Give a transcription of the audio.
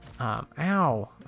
Ow